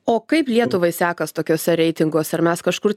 o kaip lietuvai sekas tokiuose reitinguose ar mes kažkur